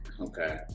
okay